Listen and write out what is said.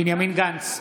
בנימין גנץ,